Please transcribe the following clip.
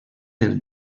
del